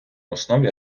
основі